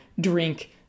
drink